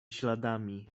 śladami